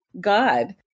God